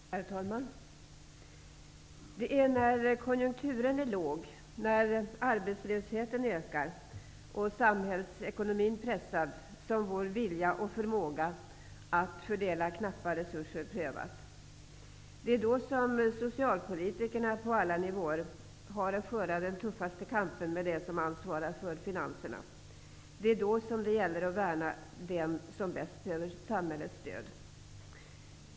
Herr talman! Det är när konjunkturen är låg, när arbetslösheten ökar och samhällsekonomin pressas som vår vilja och förmåga att fördela knappa resurser prövas. Det är då som socialpolitikerna på alla nivåer har att föra den tuffaste kampen med dem som svarar för finanserna. Det är då som det gäller att värna om dem som bäst behöver samhällets stöd.